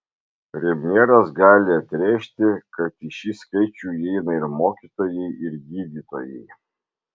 premjeras gali atrėžti kad į šį skaičių įeina ir mokytojai ir gydytojai